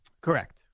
Correct